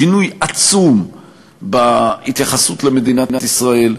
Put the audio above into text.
שינוי עצום בהתייחסות למדינת ישראל,